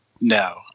no